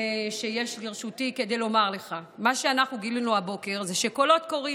שיש לרשותי כדי לומר לך: מה שאנחנו גילינו הבוקר הוא שקולות קוראים,